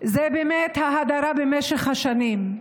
באמת ההדרה במשך השנים.